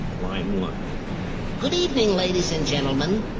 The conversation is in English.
line one good evening, ladies and gentlemen,